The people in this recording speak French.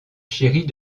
chéris